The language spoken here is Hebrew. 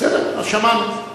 בסדר, אז שמענו.